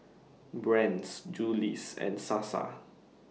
Brand's Julie's and Sasa